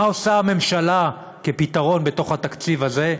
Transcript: מה עושה הממשלה כפתרון בתוך התקציב הזה?